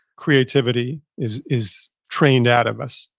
creativity is is trained out of us.